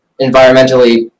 environmentally